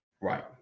right